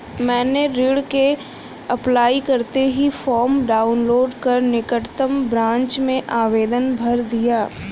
मैंने ऋण के अप्लाई करते ही फार्म डाऊनलोड कर निकटम ब्रांच में आवेदन भर दिया